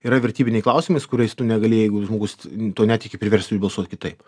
yra vertybiniai klausimais kuriais tu negali jeigu žmogus tuo netiki priverst jų balsuot kitaip